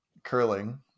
Curling